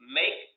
make